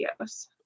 videos